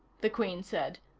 the queen said.